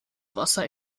wasser